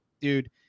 dude